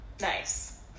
Nice